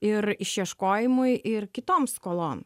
ir išieškojimui ir kitom skolom